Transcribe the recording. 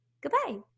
Goodbye